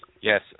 Yes